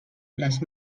les